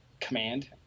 command